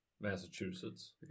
Massachusetts